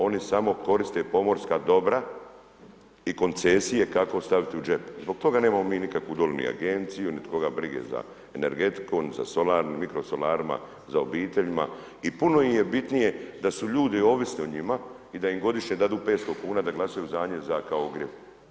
Oni samo koriste pomorska dobra i koncesije kako staviti u džep, zbog toga nemamo mi nikakvu dolje ni agenciju, niti koga briga za energetiku niti za solarnu, mikro solarima, za obiteljima i puno im je bitnije da su ljudi ovisni o njima i da im godišnje daju 500 kuna da glasaju za njih kao za ogrjev.